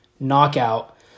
Knockout